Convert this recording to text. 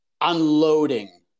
unloading